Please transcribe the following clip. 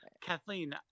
Kathleen